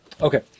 okay